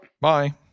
Bye